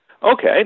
Okay